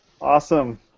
Awesome